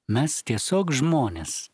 mes tiesiog žmonės